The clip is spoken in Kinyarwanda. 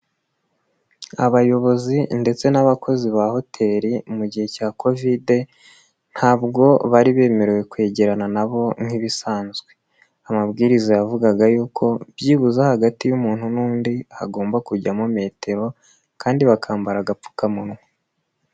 Abayobozi ndetse n'abakozi ba hoteli mu gihe cya kovide, ntabwo bari bemerewe kwegerana na bo nk'ibisanzwe, amabwiriza yavugaga yuko byibuze hagati y'umuntu n'undi hagomba kujyamo metero kandi bakambara agapfukamunwa.